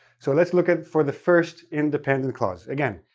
so let's look at. for the first independent clause. again,